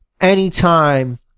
anytime